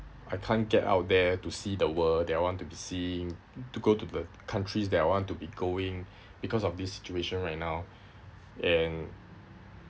I can't get out there to see the world that I wanted to see to go to the countries that I want to be going because of this situation right now and